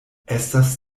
estas